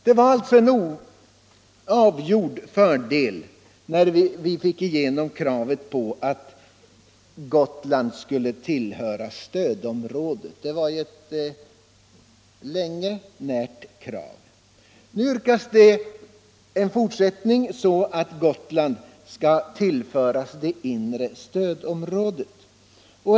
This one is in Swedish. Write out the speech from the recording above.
Det var en avgjord fördel när vi fick igenom kravet på att Gotland skulle tillhöra stödområdet — det hade varit ett länge närt krav. Nu yrkas det en fortsättning, som går ut på att Gotland skall tillföras det inre stödområdet.